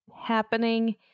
happening